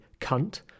cunt